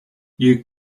you